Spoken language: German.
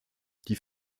die